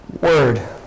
Word